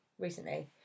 recently